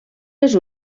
les